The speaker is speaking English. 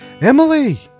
Emily